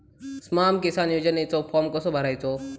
स्माम किसान योजनेचो फॉर्म कसो भरायचो?